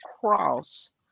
cross